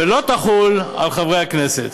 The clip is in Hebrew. ולא תחול על חברי הכנסת.